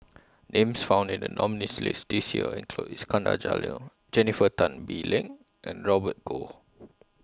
Names found in The nominees' list This Year include Iskandar Jalil Jennifer Tan Bee Leng and Robert Goh